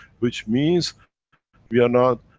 which means we are not,